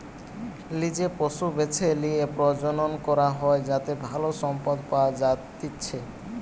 লিজে পশু বেছে লিয়ে প্রজনন করা হয় যাতে ভালো সম্পদ পাওয়া যাতিচ্চে